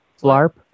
Flarp